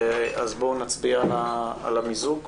בואו נצביע על המיזוג.